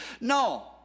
No